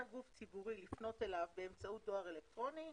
גוף ציבורי לפנות אליו באמצעות דואר אלקטרוני,